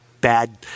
bad